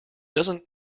does